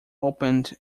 opened